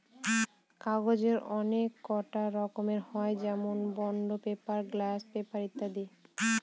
কাগজের অনেককটা রকম হয় যেমন বন্ড পেপার, গ্লাস পেপার ইত্যাদি